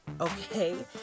okay